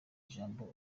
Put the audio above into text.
ijambo